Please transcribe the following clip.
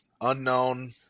unknown